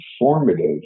informative